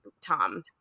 Tom